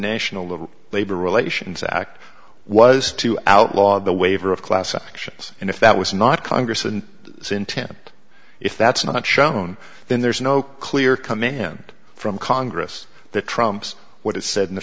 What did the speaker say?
national labor relations act was to outlaw the waiver of class actions and if that was not congress and sent him if that's not shown then there is no clear command from congress that trumps what is said in the